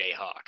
Jayhawk